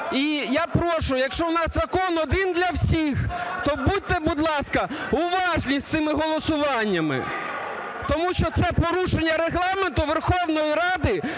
І я прошу, якщо у нас закон один для всіх, то будьте, будь ласка, уважні з цими голосуваннями, тому що це порушення Регламенту Верховної Ради